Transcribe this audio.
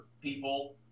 people